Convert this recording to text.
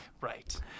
Right